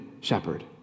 shepherd